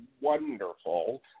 wonderful